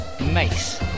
Mace